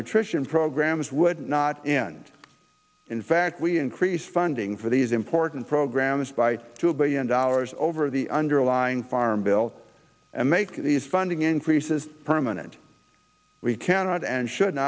nutrition programs would not end in fact we increased funding for these important programs by two billion dollars over the underlying farm bill and make these funding increases permanent we cannot and should